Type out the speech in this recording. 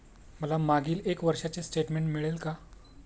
मला मागील एक वर्षाचे स्टेटमेंट मिळेल का?